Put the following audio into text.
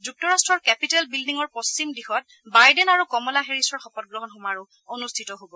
যুক্তৰাষ্টৰ কেপিটেল বিল্ডিঙৰ পশ্চিম দিশত বাইডেন আৰু কমলা হেৰিছৰ শপতগ্ৰহণ সমাৰোহ অনুষ্ঠিত হ'ব